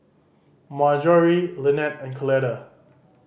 Marjory Linette and Coletta